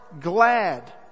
glad